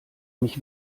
mich